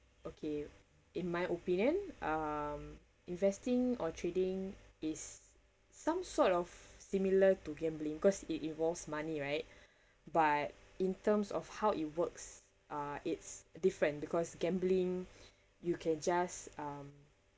okay in my opinion um investing or trading is some sort of similar to gambling cause it involves money right but in terms of how it works uh it's different because gambling you can just um